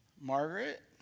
Margaret